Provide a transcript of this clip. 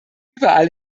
überall